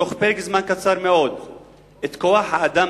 תוך פרק זמן קצר מאוד את כוח-האדם